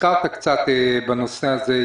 הזכרת קצת בנושא הזה,